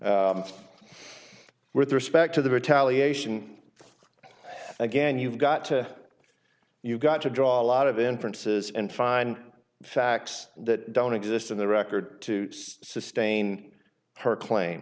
with respect to the retaliation again you've got to you've got to draw a lot of inferences and find facts that don't exist in the record to sustain her claim